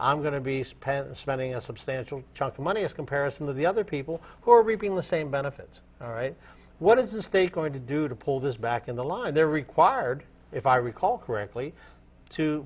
i'm going to be spent and spending a substantial chunk of money as a comparison to the other people who are reaping the same benefits all right what is the state going to do to pull this back in the line they're required if i recall correctly to